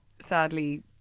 Sadly